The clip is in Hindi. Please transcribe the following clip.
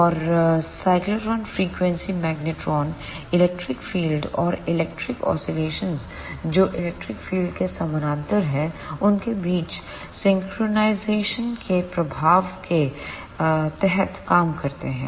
और cyclotron frequency magnetron electric field और इलेक्ट्रॉन ऑस्किलेशंस जो इलेक्ट्रिक फील्ड के समानांतर हैउनके बीच सिंक्रनाइज़ेशन के प्रभाव के तहत काम करते हैं